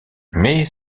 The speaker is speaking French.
mais